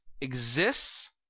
exists